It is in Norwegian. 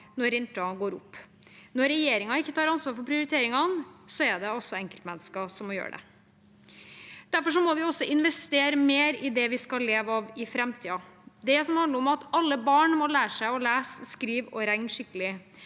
når renten går opp. Når regjeringen ikke tar ansvar for prioriteringene, er det altså enkeltmennesker som må gjøre det. Derfor må vi også investere mer i det vi skal leve av i framtiden, det som handler om at alle barn må lære seg å lese, skrive og regne skikkelig,